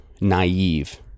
naive